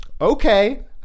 okay